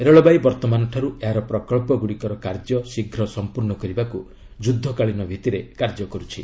ରେଳବାଇ ବର୍ତ୍ତମାନଠାରୁ ଏହାର ପ୍ରକଳ୍ପଗୁଡ଼ିକର କାର୍ଯ୍ୟ ଶୀଘ୍ର ସମ୍ପୂର୍ଣ୍ଣ କରିବାକୁ ଯୁଦ୍ଧକାଳୀନ ଭିତ୍ତିରେ କାର୍ଯ୍ୟ କରୁଛି